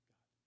God